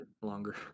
longer